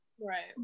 Right